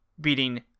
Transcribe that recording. beating